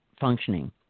functioning